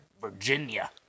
Virginia